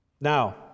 Now